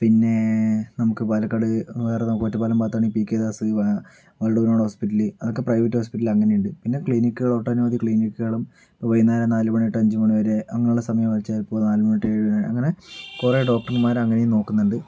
പിന്നെ നമുക്ക് പാലക്കാട് വേറെ നമുക്ക് ഒറ്റപ്പാലം ഭാഗത്താണ് ഈ പികെ ദാസ് ഹോസ്പിറ്റല് അതൊക്കെ പ്രൈവറ്റ് ഹോസ്പിറ്റൽ അങ്ങനെയുണ്ട് പിന്നെ ക്ലിനിക്കുകൾ ഒട്ടനവധി ക്ലിനിക്കുകളും വൈകുന്നേരം നാല് മണി തൊട്ട് അഞ്ച് മണി വരെ അങ്ങനെയുള്ള സമയം ചിലപ്പോൾ നാല് തൊട്ട് ഏഴുവരെ അങ്ങനെ കുറെ ഡോക്ടർമാർ അങ്ങനെയും നോക്കുന്നുണ്ട്